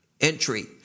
entry